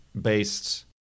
based